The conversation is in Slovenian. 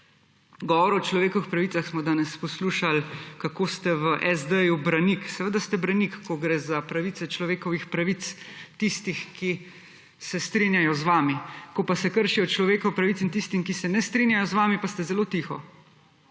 govora o človekovih pravicah smo danes poslušali kako ste v SD branik. Seveda ste branik, ko gre za pravice človekovih pravic tistih, ki se strinjajo z vami, ko se pa kršijo človekove pravice tistim, ki se ne strinjajo z vami pa ste zelo tiho